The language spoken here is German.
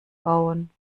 bauen